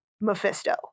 Mephisto